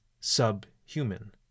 subhuman